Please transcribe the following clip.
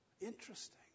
Interesting